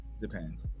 Depends